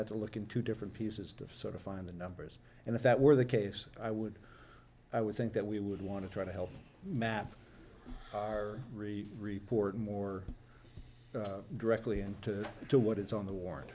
had to look into different pieces to sort of find the numbers and if that were the case i would i would think that we would want to try to help map our re report more directly and to do what is on the warrant